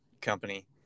company